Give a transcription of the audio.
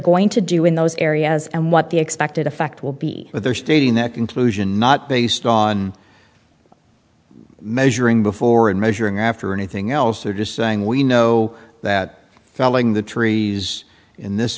going to do in those areas and what the expected effect will be but they're stating that conclusion not based on measuring before and measuring after or anything else or just saying we know that felling the trees in this